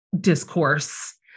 discourse